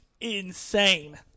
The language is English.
insane